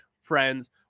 friends